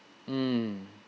mm